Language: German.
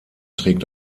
trägt